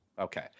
Okay